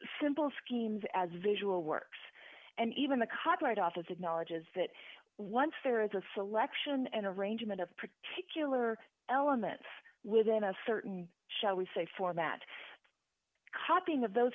simple schemes as visual works and even the copyright office acknowledges that once there is a selection and arrangement of particular elements within a certain shall we say format cutting of those